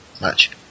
match